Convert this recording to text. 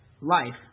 life